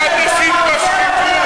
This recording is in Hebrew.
מה את עשית בשקיפות?